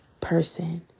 person